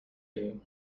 you